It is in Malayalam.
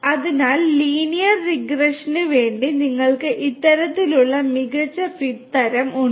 അതിനാൽ ലീനിയർ റിഗ്രഷന് വേണ്ടി നിങ്ങൾക്ക് ഇത്തരത്തിലുള്ള മികച്ച ഫിറ്റ് തരം ഉണ്ട്